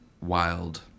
wild